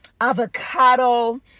avocado